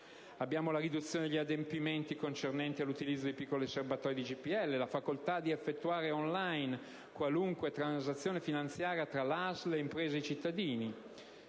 privato; la riduzione degli adempimenti concernenti l'utilizzo di piccoli serbatoi di GPL; la facoltà di effettuare *on line* qualunque transazione finanziaria ASL-imprese e cittadini;